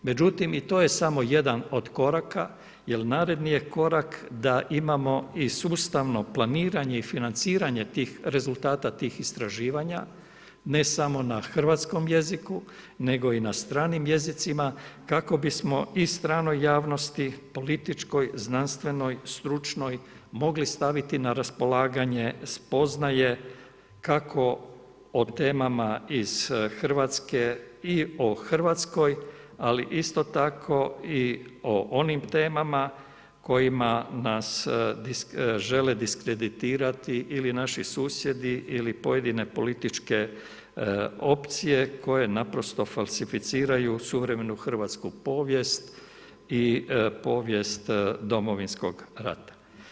Međutim, i to je samo jedan od koraka, jer naredni je korak da imamo i sustavno planiranje i financiranje tih rezultata, tih istraživanja, ne samo na hrvatskom jeziku, nego i na stranim jezicima, kako bismo i stranoj javnosti, političkoj, znanstvenoj, stručnoj, mogli staviti na raspolaganje spoznaje kako o temama iz Hrvatske i o Hrvatskoj, ali isto tako i o onim temama kojima nas žele diskreditirati ili naši susjedi ili pojedine političke opcije, koje naprosto falsificiraju suvremenu hrvatsku povijest i povijest Domovinskog rata.